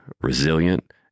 resilient